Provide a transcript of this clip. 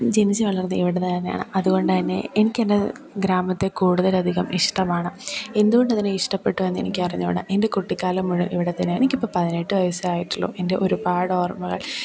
ജനിച്ചു വളർന്ന ഇവിടുന്ന് തന്നെ ആണ് അതുകൊണ്ട് തന്നെ എനിക്കെൻ്റെ ഗ്രാമത്തെ കൂടുതലധികം ഇഷ്ടമാണ് എന്ത്കൊണ്ടതിനെ ഇഷ്ടപ്പെട്ടു എന്ന് എനിക്ക് അറിഞ്ഞുകൂട എൻ്റെ കുട്ടികാലം മുഴുവൻ ഇവിടെ തന്നെ എനിക്കിപ്പം പതിനെട്ട് വയസ്സായിട്ടുള്ളു എൻ്റെ ഒരുപാട് ഓർമ്മകൾ